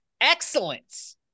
excellence